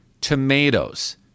tomatoes